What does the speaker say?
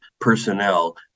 personnel